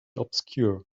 obscure